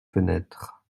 fenêtres